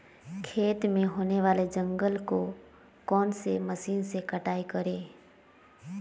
खेत में होने वाले जंगल को कौन से मशीन से कटाई करें?